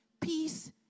peace